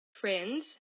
friends